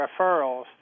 referrals